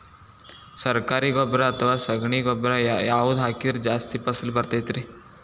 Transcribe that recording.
ಸರಕಾರಿ ಗೊಬ್ಬರ ಅಥವಾ ಸಗಣಿ ಗೊಬ್ಬರ ಯಾವ್ದು ಹಾಕಿದ್ರ ಜಾಸ್ತಿ ಫಸಲು ಬರತೈತ್ರಿ?